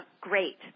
great